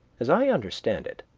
as i understand it,